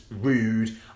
rude